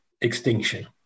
extinction